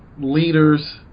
leaders